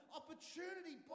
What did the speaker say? opportunity